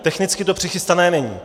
Technicky to přichystané není.